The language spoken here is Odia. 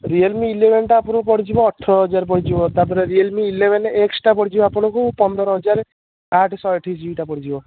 ରିଅଲମି ଇଲେଭେନଟା ଆପଣଙ୍କୁ ପଡ଼ିଯିବ ଅଠରହଜାର ପଡ଼ିଯିବା ତା'ପରେ ରିଅଲମି ଇଲେଭେନ୍ ଏକ୍ସଟା ପଡ଼ିଯିବ ଆପଣଙ୍କୁ ପନ୍ଦରହଜାର ଆଠ ଶହେ ଅଠେଇଶ ଜିବି ଡାଟା ପଡ଼ିଯିବ